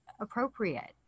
appropriate